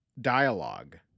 dialogue